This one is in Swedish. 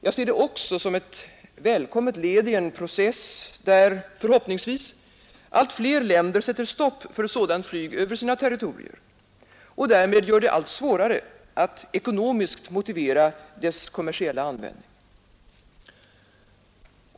Jag ser det också som ett välkommet led i en process där förhoppningsvis allt fler länder sätter stopp för sådant flyg över sina territorier och därmed gör det allt svårare att ekonomiskt motivera dess kommersiella användning.